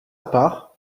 part